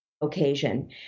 occasion